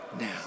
Now